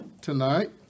tonight